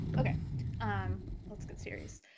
okay um let's get serious.